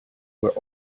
where